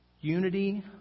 Unity